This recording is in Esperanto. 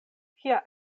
kia